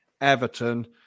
Everton